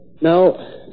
Now